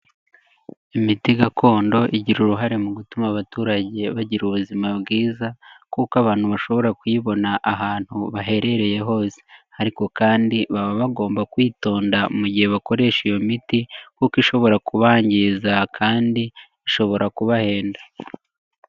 Imiti gakondo igira uruhare mu gutuma abaturage bagira ubuzima bwiza kuko abantu bashobora kuyibona ahantu baherereye hose ariko kandi baba bagomba kwitonda mu gihe bakoresha iyo miti kuko ishobora kubangiza kandi ishobora kubahenda.